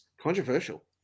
Controversial